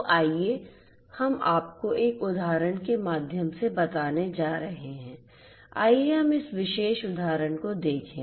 तो आइए हम आपको एक उदाहरण के माध्यम से बताने जा रहे हैं आइए हम इस विशेष उदाहरण को देखें